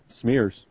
smears